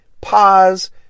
pause